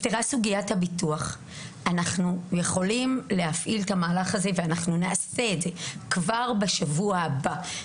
אנחנו יכולים להפעיל את המהלך הזה ואנחנו נעשה את זה כבר בשבוע הבא.